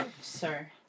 Sir